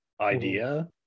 idea